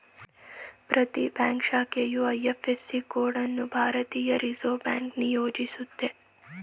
ಪ್ರತಿ ಬ್ಯಾಂಕ್ ಶಾಖೆಯು IFSC code ಅನ್ನು ಭಾರತೀಯ ರಿವರ್ಸ್ ಬ್ಯಾಂಕ್ ನಿಯೋಜಿಸುತ್ತೆ